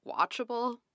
watchable